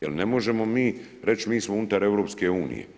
Jer ne možemo mi reći, mi smo unutar EU.